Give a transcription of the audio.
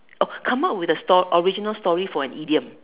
oh come up with a story original story for an idiom